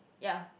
ya